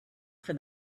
for